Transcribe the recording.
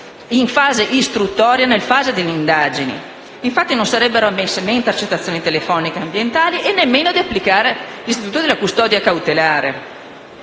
in fase istruttoria delle indagini. Infatti non sarebbero ammesse né intercettazioni telefoniche ambientali né l'applicazione della custodia cautelare.